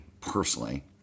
personally